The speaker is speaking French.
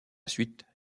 suite